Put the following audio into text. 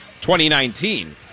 2019